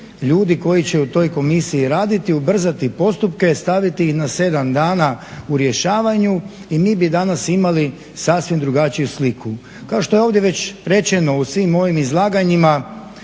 ljudi koji će u toj komisiji raditi, ubrzati postupke, staviti ih na 7 dana u rješavanju i mi bi danas imali sasvim drugačiju sliku. Kao što je ovdje već rečeno u svim ovim izlaganjima